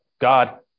God